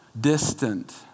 distant